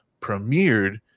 premiered